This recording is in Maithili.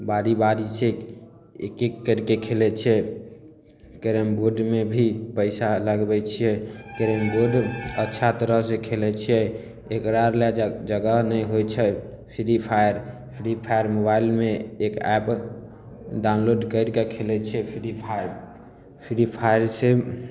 बारी बारी से एक एक करके खेलै छियै कैरमबोडमे भी पैसा लगबै छियै कैरमबोड अच्छा तरह से खेलै छियै एकरा लए जगह नहि होइ छै फ्री फायर फ्री फायर मोबाइलमे एक एप्प डाऊनलोड कैर कऽ खेलै छियै फ्री फायर फ्री फायर से